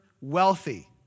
wealthy